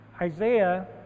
Isaiah